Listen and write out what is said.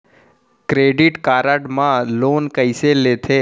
Credit card मा loan कइसे लेथे?